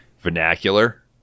vernacular